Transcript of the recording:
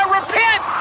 repent